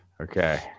Okay